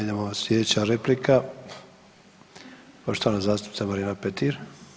Idemo slijedeća replika, poštovana zastupnica Marijana Petir.